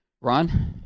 Ron